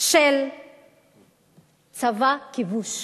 של צבא כיבוש.